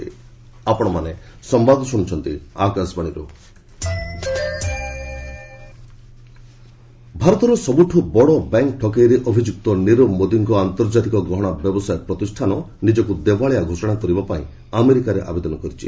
ନିରବ Modi bankruptcy ଭାରତର ସବୁଠୁ ବଡ଼ ବ୍ୟାଙ୍କ ଠକେଇରେ ଅଭିଯୁକ୍ତ ନିରବ ମୋଦିଙ୍କ ଆନ୍ତର୍ଜାତିକ ଗହଣା ବ୍ୟବସାୟ ପ୍ରତିଷ୍ଠାନ ନିଜକୁ ଦେବାଳିଆ ଘୋଷଣା କରିବା ପାଇଁ ଆମେରିକାରେ ଆବେଦନ କରିଛି